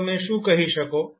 તો તમે શું કહી શકો